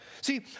See